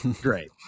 great